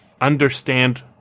understand